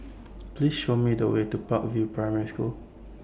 Please Show Me The Way to Park View Primary School